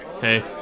Hey